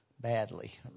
badly